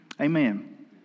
Amen